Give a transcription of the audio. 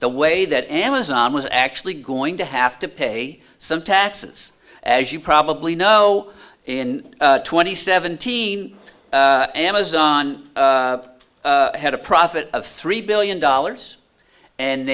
the way that amazon was actually going to have to pay some taxes as you probably know in twenty seventeen amazon had a profit of three billion dollars and